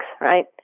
right